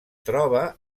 troba